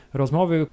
rozmowy